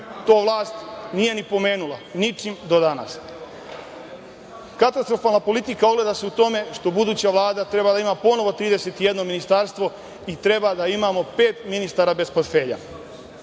To vlast nije ni pomenula ničim do danas. Katastrofalna politika ogleda se u tome što buduća Vlada treba da ima ponovo 31 ministarstvo i treba da imamo pet ministara bez portfelja,